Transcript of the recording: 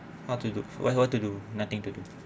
how to do what you want to do nothing to do